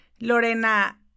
Lorena